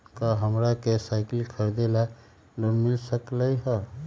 का हमरा के साईकिल खरीदे ला लोन मिल सकलई ह?